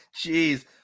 Jeez